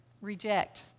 reject